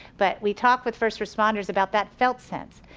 but we talk with first responders about that felt sense,